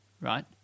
right